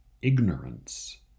ignorance